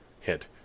hit